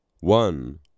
One